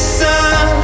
sun